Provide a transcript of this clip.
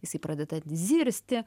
jisai pradeda zirzti